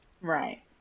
Right